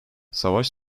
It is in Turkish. savaş